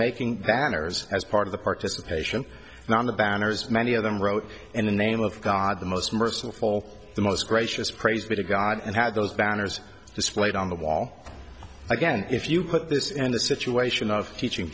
making banners as part of the participation and on the banners many of them wrote in the name of god the most merciful the most gracious praise be to god and had those banners displayed on the wall again if you put this in the situation of teaching